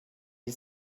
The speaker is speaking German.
die